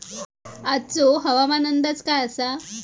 आजचो हवामान अंदाज काय आसा?